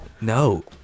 No